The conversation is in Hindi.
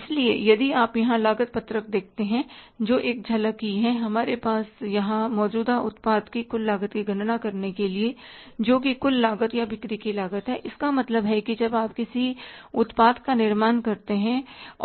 इसलिए यदि आप यहां लागत पत्रक देखते हैं जो एक झलक ही है हमारे पास यहां मौजूद उत्पाद की कुल लागत की गणना करने के लिए जो कि कुल लागत या बिक्री की लागत है इसका मतलब है कि जब आप किसी उत्पाद का निर्माण करते हैं